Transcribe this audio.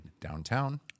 downtown